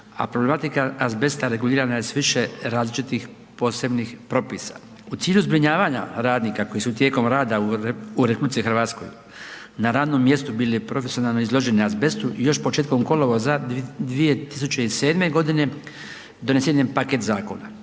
a problematika azbesta regulirana je s više različitih posebnih propisa. U cilju zbrinjavanja radnika koji su tijekom rada u RH na radnom mjestu bili profesionalno izloženi azbestu još početkom kolovoza 2007.g. donesen je paket zakona,